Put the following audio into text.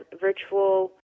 virtual